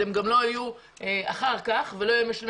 הם גם לא יהיו אחר כך ולא יהיו משלמי